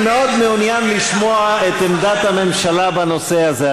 אני מאוד מעוניין לשמוע את עמדת הממשלה בעניין הזה.